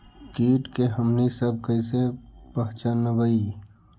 किट के हमनी सब कईसे पहचनबई?